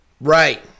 Right